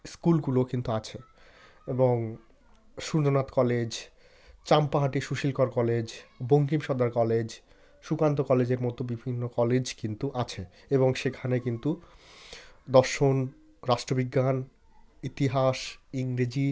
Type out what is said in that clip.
স্কুলগুলো কিন্তু আছে এবং Surendranath college Champahati Sushil Kar college Bankim Sardar college Sukanta কলেজের মতো বিভিন্ন কলেজ কিন্তু আছে এবং সেখানে কিন্তু দর্শন রাষ্ট্র বিজ্ঞান ইতিহাস ইংরেজি